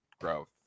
growth